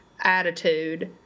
attitude